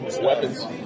weapons